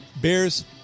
Bears